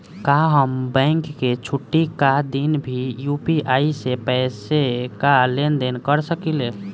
का हम बैंक के छुट्टी का दिन भी यू.पी.आई से पैसे का लेनदेन कर सकीले?